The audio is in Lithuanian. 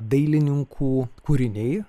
dailininkų kūriniai